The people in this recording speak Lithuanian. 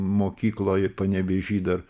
mokykloj panevėžy dar